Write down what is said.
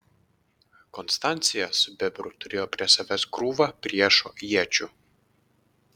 konstancija su bebru turėjo prie savęs krūvą priešo iečių